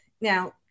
Now